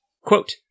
Quote